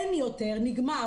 אין יותר, נגמר.